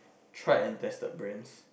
tried and tested brands